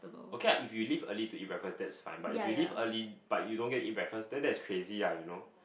okay lah if you leave early to you eat breakfast then that's fine lah but if you leave early but you don't get eat breakfast then that's crazy lah you know